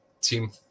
Team